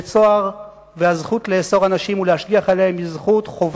בית-סוהר והזכות לאסור אנשים ולהשגיח עליהם היא זכות,